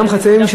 גם חצאי ימים,